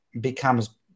becomes